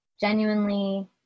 genuinely